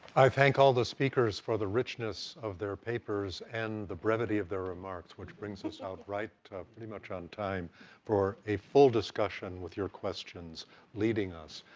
i thank all the speakers for the richness of their papers, and the brevity of their remarks, which brings us out right to pretty much on time for a full discussion with your questions leading us.